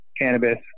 cannabis